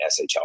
SHL